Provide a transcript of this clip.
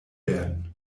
werden